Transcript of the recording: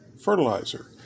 fertilizer